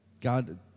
God